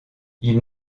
ils